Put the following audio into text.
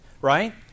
right